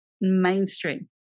mainstream